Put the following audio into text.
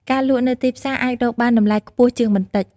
ការលក់នៅទីផ្សារ អាចរកបានតម្លៃខ្ពស់ជាងបន្តិច។